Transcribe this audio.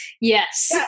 Yes